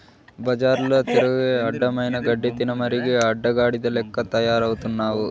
బజార్ల తిరిగి అడ్డమైన గడ్డి తినమరిగి అడ్డగాడిద లెక్క తయారవుతున్నావు